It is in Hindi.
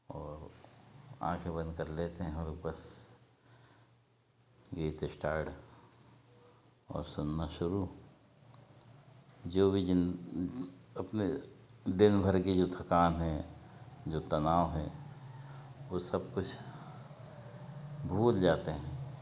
और आंखें बंद कर लेते हैं और बस गीत श्टार्ड और सुनना शुरू जो भी अपने दिनभर की जो थकान हैं जो तनाव है वो सब कुछ भूल जाते हैं